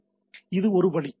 எனவே இது ஒரு வழி